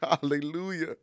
Hallelujah